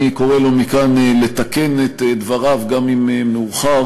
ואני קורא לו מכאן לתקן את דבריו, גם אם מאוחר,